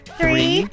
three